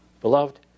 Beloved